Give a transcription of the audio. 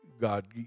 God